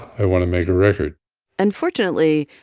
i want to make a record unfortunately,